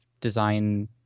design